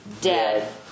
dead